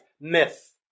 Myth